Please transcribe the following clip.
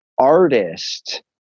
artist